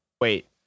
Wait